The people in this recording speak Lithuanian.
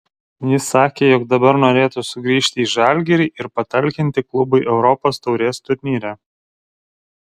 jis sakė jog dabar norėtų sugrįžti į žalgirį ir patalkinti klubui europos taurės turnyre